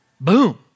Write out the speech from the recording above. Boom